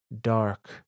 dark